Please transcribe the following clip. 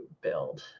build